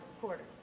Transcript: Quarter